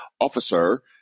officer